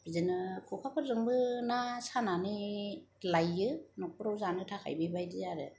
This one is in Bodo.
बिदिनो ख'खाफोरजोंबो ना सानानै लायो न'खराव जानो थाखाय बेफोरबायदि आरो